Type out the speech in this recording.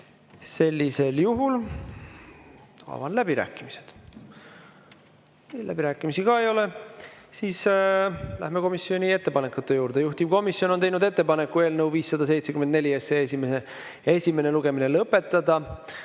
Sellisel juhul avan läbirääkimised. Läbirääkimisi ka ei ole. Siis läheme komisjoni ettepanekute juurde. Juhtivkomisjon on teinud ettepaneku eelnõu 574 esimene lugemine lõpetada